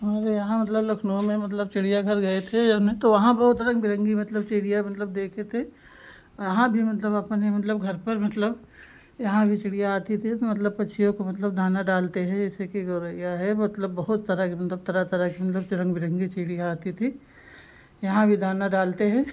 हमारे यहाँ मतलब लखनऊ में मतलब चिड़ियाघर गए थे जो है तो वहाँ बहुत रंग बिरंगी मतलब चिड़िया मतलब देखे थे यहाँ भी मतलब अपने मतलब घर पर मतलब यहाँ भी चिड़िया आती थी तो मतलब पक्षियों को मतलब दाना डालते हैं जैसे कि गोरैया है मतलब बहुत तरह की मतलब तरह तरह की मतलब रंग बिरंगी चिड़िया आती थी यहाँ भी दाना डालते हैं